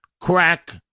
crack